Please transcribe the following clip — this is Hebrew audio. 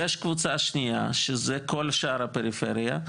יש קבוצה שנייה שזה כל שאר הפריפריה,